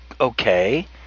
okay